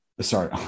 Sorry